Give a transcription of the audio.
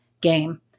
Game